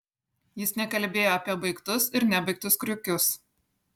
jis nekalbėjo apie baigtus ir nebaigtus kriukius